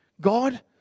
God